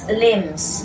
limbs